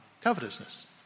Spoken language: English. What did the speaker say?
covetousness